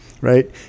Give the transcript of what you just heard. right